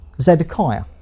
Zedekiah